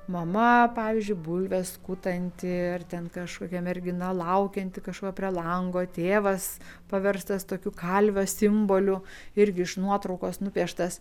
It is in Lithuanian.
mama pavyzdžiui bulves skutanti ar ten kažkokia mergina laukianti kažko prie lango tėvas paverstas tokiu kalvio simboliu irgi iš nuotraukos nupieštas